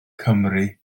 cymru